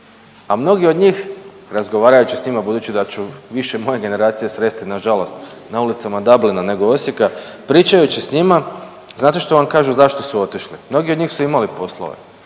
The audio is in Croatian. A mnogi od njih, razgovarajući sa njima budući da ću više moje generacije sresti na žalost na ulicama Dublina nego Osijeka pričajući sa njima znate što vam kažu zašto su otišli? Mnogi od njih su imali poslove,